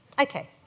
Okay